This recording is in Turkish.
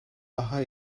daha